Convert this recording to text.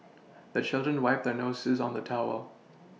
the children wipe their noses on the towel